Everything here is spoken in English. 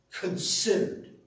considered